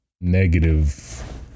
negative